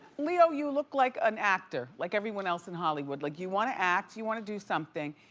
leo you look like an actor like everyone else in hollywood. like you wanna act, you wanna do something.